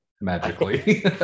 magically